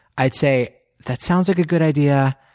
i'd say, that sounds like a good idea.